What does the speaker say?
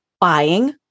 buying